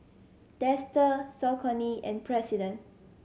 Dester Saucony and President